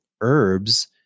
herbs